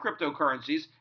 cryptocurrencies